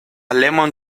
lemon